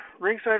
ringside